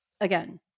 again